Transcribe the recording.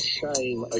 shame